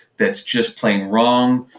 that's just plain wrong,